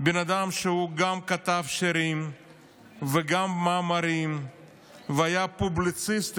בן אדם שגם כתב שירים וגם מאמרים והיה פובליציסט,